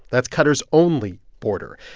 that's qatar's only border.